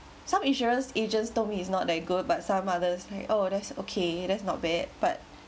some insurance agents told me it's not that good but some others like oh that's okay that's not bad but